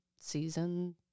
season